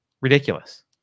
Ridiculous